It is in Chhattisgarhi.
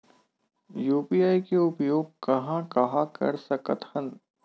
यू.पी.आई के उपयोग कहां कहा कर सकत हन?